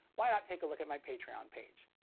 why not take a look at my patreon page.